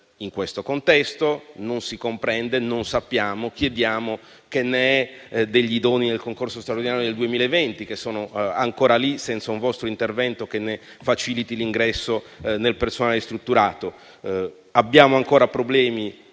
In tale contesto non si comprende e non sappiamo una cosa. Chiediamo che ne è degli idonei del concorso straordinario del 2020, che sono ancora lì, senza un vostro intervento che ne faciliti l'ingresso tra il personale strutturato. Abbiamo ancora problemi